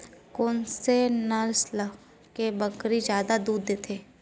कोन से नस्ल के बकरी जादा दूध देथे